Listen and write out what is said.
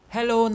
Hello